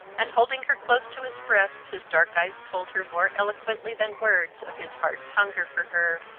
and, holding her close to his breast, his dark eyes told her more eloquently than words of his heart's hunger for her,